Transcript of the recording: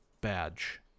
badge